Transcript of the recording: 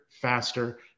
faster